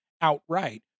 outright